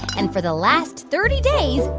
and for the last thirty days,